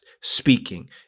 speaking